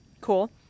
Cool